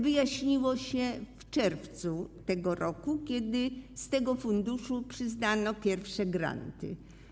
Wyjaśniło się w czerwcu tego roku, kiedy z tego funduszu przyznano pierwsze granty.